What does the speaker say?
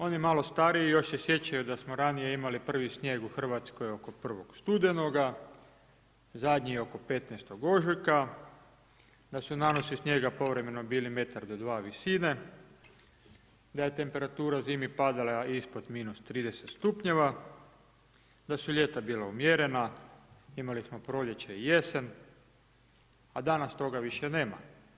Oni malo stariji još se sjećaju da smo ranije imali prvi snijeg u Hrvatskoj oko 1. studenoga, zadnji oko 15. ožujka, da su nanosi snijega povremeno bili metar do dva visine, da je temperatura zimi padala ispod -30 stupnjeva, da su ljeta bila umjerena, imali smo proljeće, i jesen, a danas toga više nema.